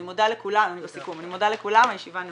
אני מודה לכולם, הישיבה נעולה.